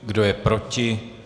Kdo je proti?